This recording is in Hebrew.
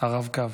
הרב קו.